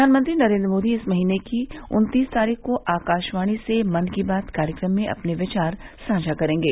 प्रधानमंत्री नरेंद्र मोदी इस महीने की उन्तीस तारीख को आकाशवाणी से मन की बात कार्यक्रम में अपने विचार साझा करेंगे